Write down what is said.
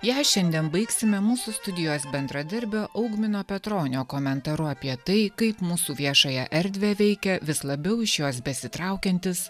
ją šiandien baigsime mūsų studijos bendradarbio augmino petronio komentaru apie tai kaip mūsų viešąją erdvę veikia vis labiau iš jos besitraukiantis